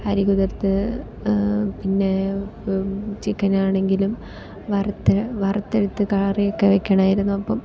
അരി കുതിർത്ത് പിന്നെ ചിക്കൻ ആണെങ്കിലും വറുത്ത് വറുത്തെടുത്ത് കറിയൊക്കെ വെക്കണമായിരുന്നു അപ്പം